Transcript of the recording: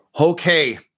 okay